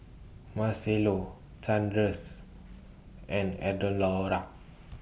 Marcello Sanders and